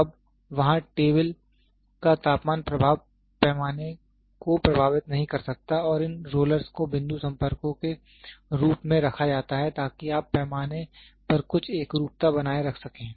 तो अब वहां टेबल का तापमान प्रभाव पैमाने को प्रभावित नहीं कर सकता है और इन रोलर्स को बिंदु संपर्कों के रूप में रखा जाता है ताकि आप पैमाने पर कुछ एकरूपता बनाए रख सकें